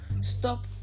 stop